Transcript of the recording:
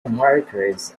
markers